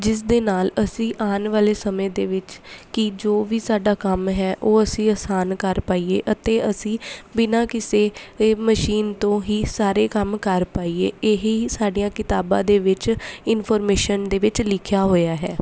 ਜਿਸ ਦੇ ਨਾਲ ਅਸੀਂ ਆਉਣ ਵਾਲੇ ਸਮੇਂ ਦੇ ਵਿੱਚ ਕਿ ਜੋ ਵੀ ਸਾਡਾ ਕੰਮ ਹੈ ਉਹ ਅਸੀਂ ਆਸਾਨ ਕਰ ਪਾਈਏ ਅਤੇ ਅਸੀਂ ਬਿਨਾਂ ਕਿਸੇ ਏ ਮਸ਼ੀਨ ਤੋਂ ਹੀ ਸਾਰੇ ਕੰਮ ਕਰ ਪਾਈਏ ਇਹੀ ਹੀ ਸਾਡੀਆਂ ਕਿਤਾਬਾਂ ਦੇ ਵਿੱਚ ਇਨਫੋਰਮੇਸ਼ਨ ਦੇ ਵਿੱਚ ਲਿਖਿਆ ਹੋਇਆ ਹੈ